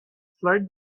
slide